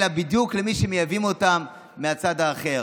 אלא בדיוק למי שמייבאים אותם מהצד האחר.